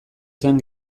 zen